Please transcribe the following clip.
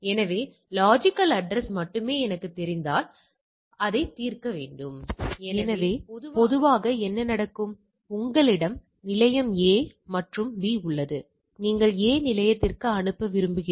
எனவே எடுத்துக்காட்டாக குறைபாடுகளின் நிகழ்வுகள் பணிநேர மாற்றத்துடன் தொடர்புடையதா என்பதை அறிய ஒரு நிறுவனம் விரும்புகிறது